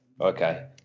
Okay